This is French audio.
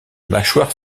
mâchoire